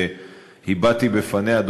והבעתי בפניה,